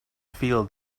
feel